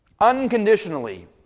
unconditionally